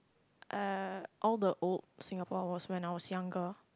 uh all the old Singapore was when I was younger